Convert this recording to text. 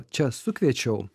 čia sukviečiau